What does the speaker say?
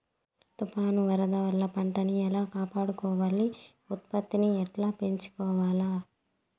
తుఫాను, వరదల వల్ల పంటలని ఎలా కాపాడుకోవాలి, ఉత్పత్తిని ఎట్లా పెంచుకోవాల?